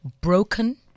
broken